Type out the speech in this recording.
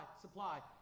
Supply